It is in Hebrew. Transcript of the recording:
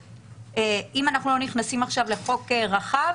אם אנחנו לא נכנסים עכשיו לחוק רחב,